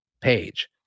page